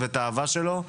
ואת האהבה שלו.